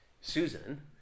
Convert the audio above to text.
Susan